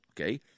okay